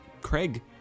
Craig